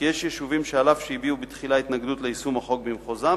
כי יש יישובים שהביעו בתחילה התנגדות ליישום החוק במחוזם,